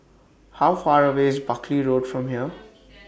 How Far away IS Buckley Road from here